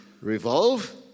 revolve